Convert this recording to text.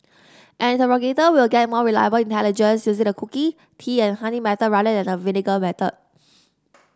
an interrogator will get more reliable intelligence the cookie tea and honey method rather than the vinegar method